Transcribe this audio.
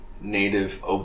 native